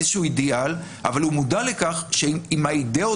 איזשהו אידיאל אבל הוא מודע לכך שעם האידיאות